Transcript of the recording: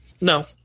No